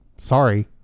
sorry